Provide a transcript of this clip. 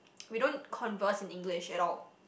we don't converse in English at all